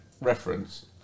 reference